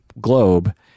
globe